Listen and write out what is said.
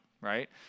right